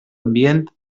ambient